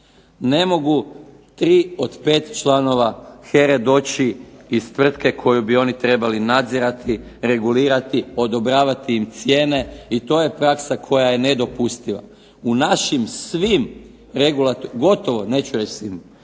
Ne mogu 3 od 5 članova HERA-e doći iz tvrtke koju bi oni trebali nadzirati, regulirati, odobravati im cijene i to je praksa koja je nedopustiva. U našim svim regulatornim, gotovo, neću reći svim,